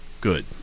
Good